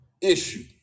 issue